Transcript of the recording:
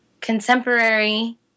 contemporary